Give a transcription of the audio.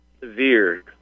severe